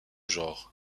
genres